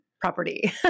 property